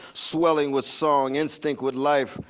swelling with song, instinct with life,